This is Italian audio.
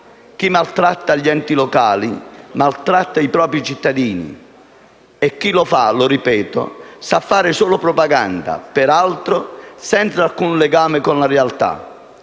Chi maltratta gli enti locali, maltratta i propri cittadini! E chi lo fa - lo ripeto - sa fare solo propaganda, senza alcun legame con la realtà.